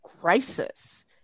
crisis